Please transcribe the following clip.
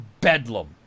bedlam